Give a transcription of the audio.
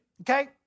okay